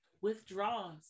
withdraws